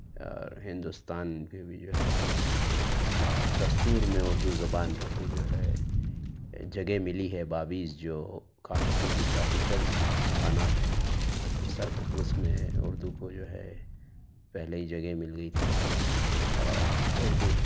اور ہندوستان میں بھی جو ہے کا دستور میں اردو زبان کے جو ہے جگہ ملی ہے بابیز جو کانسٹیٹوش آفیشیل زبان ہیں اس کا اس میں اردو کو جو ہے پہلے ہی جگہ مل گئی تھی اور اردو